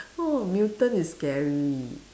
oh mutant is scary